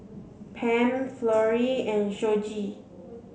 Pam Florie and Shoji